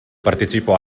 partecipò